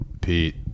Pete